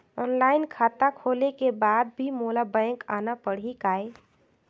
Online खाता खोले के बाद भी मोला बैंक आना पड़ही काय?